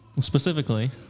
Specifically